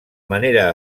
manera